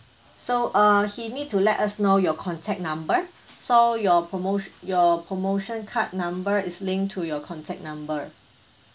so err he need to let us know your contact number so your promoti~ your promotion card number is linked to your contact number